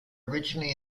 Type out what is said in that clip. originally